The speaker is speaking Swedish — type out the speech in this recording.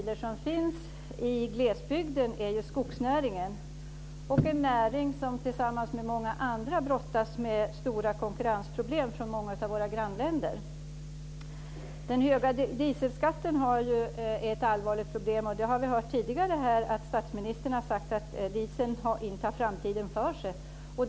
Fru talman! Jag vill ställa en fråga till statsrådet Statsrådet har ju fått en relativt ny lott med regionalpolitiska frågor och uttalat att regionalpolitiken hittills har varit ganska oprofilerad, och att den nu ska få en starkare profil. En av de starka profiler som finns i glesbygden är ju skogsnäringen. Det är en näring som tillsammans med många andra brottas med stora konkurrensproblem från flera av våra grannländer. Den höga dieselskatten är ett allvarligt problem. Vi har ju tidigare hört statsministern säga att dieseln inte har framtiden för sig.